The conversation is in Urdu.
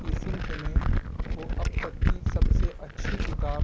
کی صنف میں وہ اب تک کی سب سے اچھی کتاب